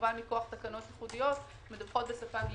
שמכוח תקנות ייחודיות מדווחות בשפה האנגלית.